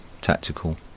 tactical